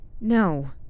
No